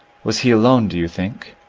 was he alone, do you think?